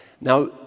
Now